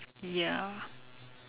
ya